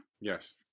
Yes